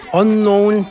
unknown